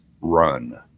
run